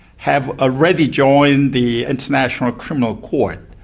have already joined the international criminal court.